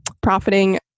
profiting